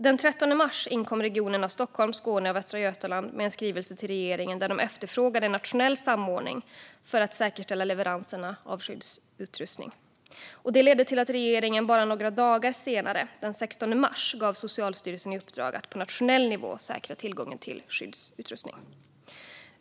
Den 13 mars inkom regionerna Stockholm, Skåne och Västra Götaland med en skrivelse till regeringen där de efterfrågade en nationell samordning för att säkerställa leveranserna av skyddsutrustning. Det ledde till att regeringen bara några dagar senare, den 16 mars, gav Socialstyrelsen i uppdrag att på nationell nivå säkra tillgången på skyddsutrustning.